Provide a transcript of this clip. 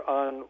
on